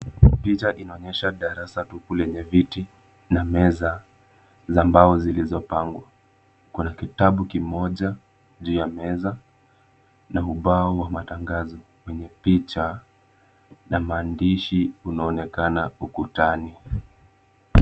Picha inaonyesha darasa tupu lenye viti na meza za mbao zilizopangwa. Kuna kitabu kimoja juu ya meza na ubao wa matangazo kwenye picha na maandishi unaonekana ukutani.